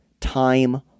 time